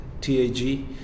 TAG